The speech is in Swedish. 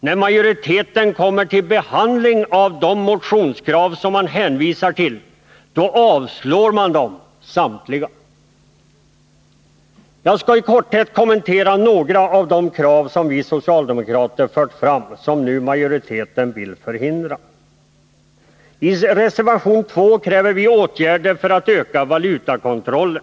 När majoriteten kommer fram till behandling av de motionskrav som man hänvisar till avstyrker man dem — samtliga! Jag skall i korthet kommentera några av de krav som vi socialdemokrater fört fram men som nu majoriteten går emot. I reservation 2 kräver vi åtgärder för att öka valutakontrollen.